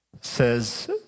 says